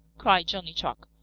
cried johnny chuck,